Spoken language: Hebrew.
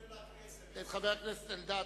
אלדד.